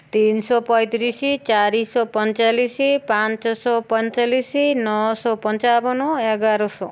ତିନିଶହ ପଇଁତିରିଶ ଚାରିଶହ ପଇଁଚାଳିଶ ପାଞ୍ଚଶହ ପଇଁଚାଳିଶ ନଅଶହ ପଞ୍ଚାବନ ଏଗାରଶହ